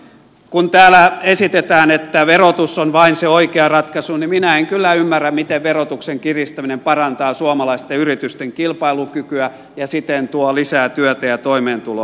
kun täällä esitetään että vain verotus on se oikea ratkaisu niin minä en kyllä ymmärrä miten verotuksen kiristäminen parantaa suomalaisten yritysten kilpailukykyä ja siten tuo lisää työtä ja toimeentuloa suomeen